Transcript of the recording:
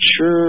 sure